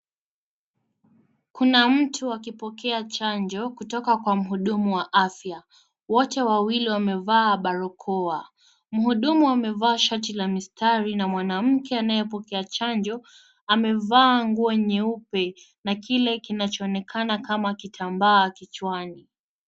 Kuna mtu akipokea chanjo kutoka kwa mhudumu wa afya. Wote wawili wamevaa barakoa, Mhudumu amevaa shati la mistari na mwanamke anayepokea chanjo amevaa nguo nyeupe na kile kinachoonekana kama kitambaa kichwani.